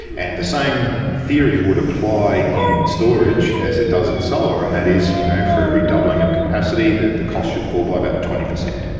and the same theory would apply in storage as it does in solar, and that is you know for every doubling of capacity, the costs should fall by about twenty percent.